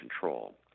control